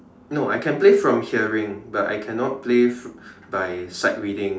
no I can play from hearing but I cannot play by sight reading